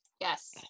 Yes